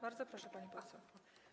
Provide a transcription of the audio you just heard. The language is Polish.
Bardzo proszę, pani poseł.